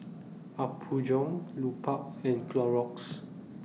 Apgujeong Lupark and Clorox